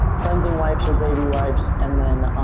cleansing wipes or baby wipes and then